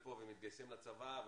שמגיעים לפה ומתגייסים לצבא,